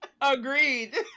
agreed